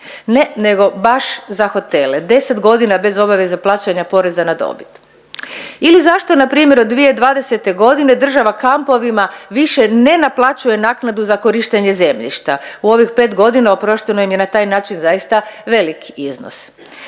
Ne, nego baš za hotele, 10 godina bez obaveze plaćanja poreza na dobit. Ili zašto npr. od 2020.g. država kampovima više ne naplaćuje naknadu za korištenje zemljišta? U ovih pet godina oprošteno im je na taj način zaista veliki iznos,